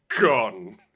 gone